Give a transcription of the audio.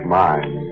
mind